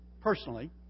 personally